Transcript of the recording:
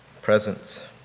presence